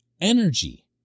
energy